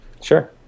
Sure